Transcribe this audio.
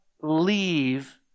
leave